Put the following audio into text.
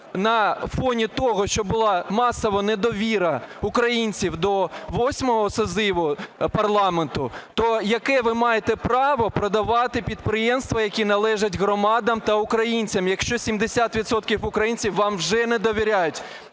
на фоні того, що була масова недовіра українців до восьмого скликання парламенту, то яке ви маєте право продавати підприємства, які належать громадам та українцям, якщо 70 відсотків українців вам вже не довіряють?